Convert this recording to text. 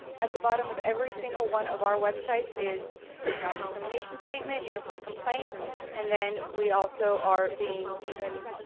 at the bottom of every single one of our websites is non-discrimination statement, uniform complaint and then we also are being even,